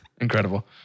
incredible